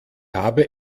habe